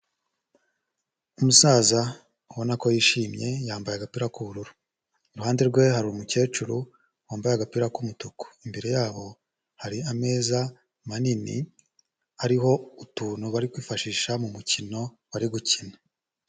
Umusaza ubona ko yishimye, yambaye agapira k'ubururu, iruhande rwe hari umukecuru wambaye agapira k'umutuku, imbere yabo hari ameza manini ariho utuntu bari kwifashisha; mu mukino bari gukina.